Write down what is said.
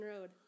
Road